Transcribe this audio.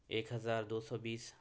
ایک ہزار دو سو بیس